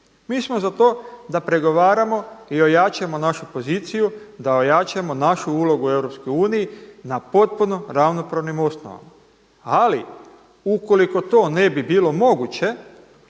Mi smo za to da pregovaramo i ojačamo našu poziciju, da ojačamo našu ulogu u Europskoj uniji na potpuno ravnopravnim osnovama. Ali ukoliko to ne bi bilo moguće,